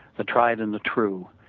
the tried and the true.